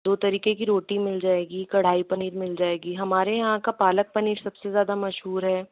दो तरीके की रोटी मिल जाएगी कड़ाही पनीर मिल जाएगी हमारे यहाँ का पालक पनीर सबसे ज़्यादा मशहूर है